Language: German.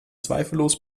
zweifellos